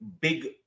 big